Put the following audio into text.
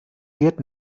wird